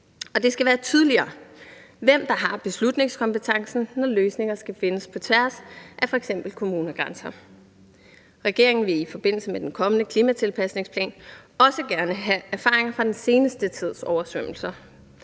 Det skal være tydeligere, hvem der har beslutningskompetencen, når løsninger skal findes på tværs af f.eks. kommunegrænser. Regeringen vil i forbindelse med den kommende klimatilpasningsplan også gerne have erfaring fra den seneste tids oversvømmelser,